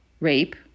rape